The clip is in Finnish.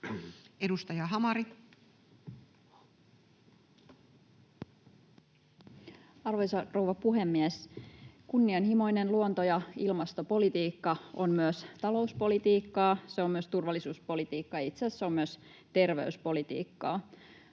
Content: Arvoisa rouva puhemies! Kunnianhimoinen luonto- ja ilmastopolitiikka on myös talouspolitiikkaa, se on myös turvallisuuspolitiikkaa, ja itse asiassa se on myös terveyspolitiikkaa.